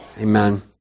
Amen